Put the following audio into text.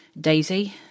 Daisy